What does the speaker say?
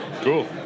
Cool